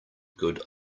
good